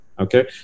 Okay